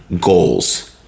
goals